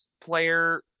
player